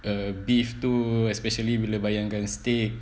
err beef too especially bila bayangkan steak